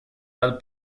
dal